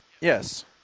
Yes